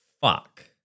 fuck